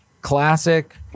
Classic